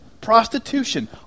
prostitution